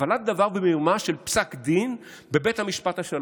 קבלת דבר במרמה של פסק דין בבית משפט השלום.